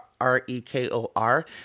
R-E-K-O-R